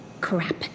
Crap